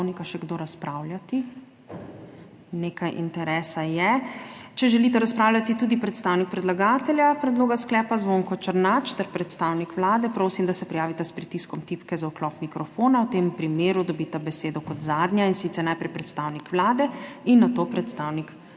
člena Poslovnika še kdo razpravljati. Nekaj interesa je. Če želita razpravljati tudi predstavnik predlagatelja predloga sklepa Zvonko Černač ter predstavnik Vlade, prosim, da se prijavita s pritiskom tipke za vklop mikrofona; v tem primeru dobita besedo kot zadnja, in sicer najprej predstavnik Vlade in nato predstavnik